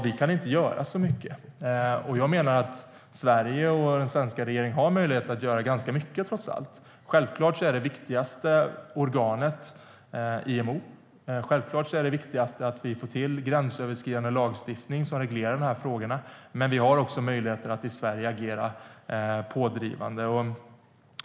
Vi kan inte göra så mycket, lät hon meddela. Jag menar att Sverige och den svenska regeringen trots allt har möjlighet att göra ganska mycket. Självklart är det viktigaste organet IMO. Självklart är det viktigaste att vi får till gränsöverskridande lagstiftning som reglerar de här frågorna. Men vi har också möjligheter att agera pådrivande i Sverige.